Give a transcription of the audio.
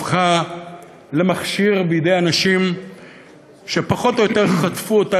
הפכה למכשיר בידי אנשים שפחות או יותר חטפו אותה